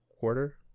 Quarter